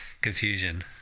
Confusion